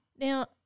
Now